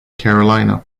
carolina